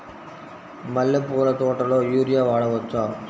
మల్లె పూల తోటలో యూరియా వాడవచ్చా?